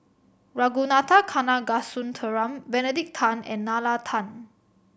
Ragunathar Kanagasuntheram Benedict Tan and Nalla Tan